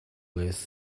less